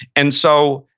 and so,